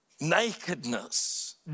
nakedness